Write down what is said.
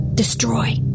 Destroy